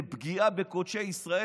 לפגיעה בקודשי ישראל,